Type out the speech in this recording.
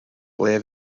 ble